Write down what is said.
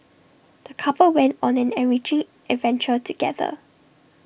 the couple went on an enriching adventure together